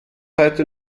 heute